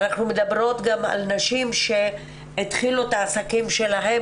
אנחנו מדברות גם על נשים שהתחילו את העסקים שלהם,